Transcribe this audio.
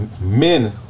men